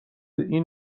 این